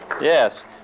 Yes